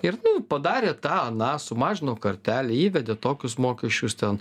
ir padarė tą aną sumažino kartelę įvedė tokius mokesčius ten